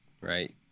right